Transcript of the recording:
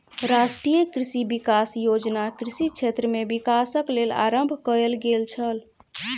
राष्ट्रीय कृषि विकास योजना कृषि क्षेत्र में विकासक लेल आरम्भ कयल गेल छल